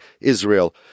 Israel